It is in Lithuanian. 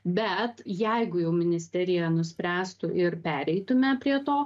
bet jeigu jau ministerija nuspręstų ir pereitume prie to